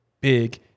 Big